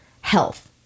health